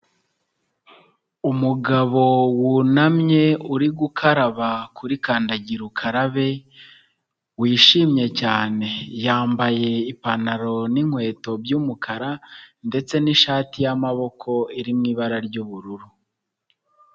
Umugabo wunamye uri gukaraba kuri kandagira ukarabe wishimye cyane, yambaye ipantaro n'inkweto by'umukara ndetse n'ishati y'amaboko iri mu ibara ry'ubururu.